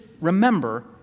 remember